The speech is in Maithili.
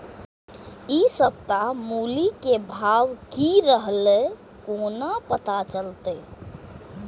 इ सप्ताह मूली के भाव की रहले कोना पता चलते?